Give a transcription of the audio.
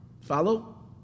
Follow